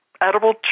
edible